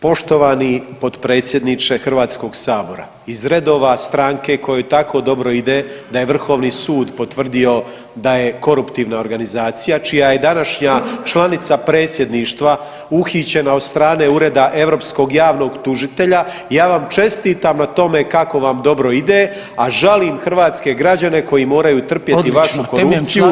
Poštovani potpredsjedniče Hrvatskoga sabora iz redova stranke kojoj tako dobro ide da je Vrhovni sud potvrdio da je koruptivna organizacija, čija je današnja članica Predsjedništva uhićena od strane Ureda europskog javnog tužitelja, ja vam čestitam na tome kao vam dobro ide, a žalim hrvatske građane koji moraju trpjeti vašu korupciju